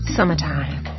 Summertime